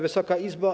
Wysoka Izbo!